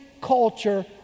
culture